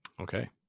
Okay